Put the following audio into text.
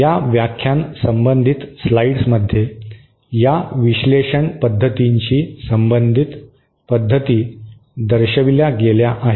या व्याख्यान संबंधित स्लाइड्समध्ये या विश्लेषण पद्धतींशी संबंधित पद्धती दर्शविल्या गेल्या आहेत